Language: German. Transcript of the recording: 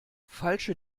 falsche